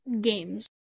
games